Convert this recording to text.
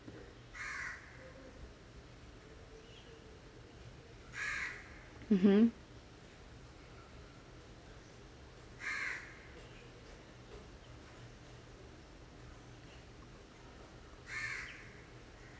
mmhmm